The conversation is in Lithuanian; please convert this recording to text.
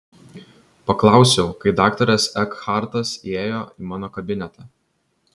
paklausiau kai daktaras ekhartas įėjo į mano kabinetą